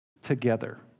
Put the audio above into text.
together